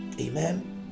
Amen